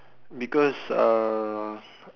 because uh